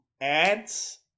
ads